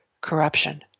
corruption